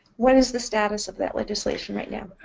what is the status of that legislation right now?